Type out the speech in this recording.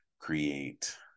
create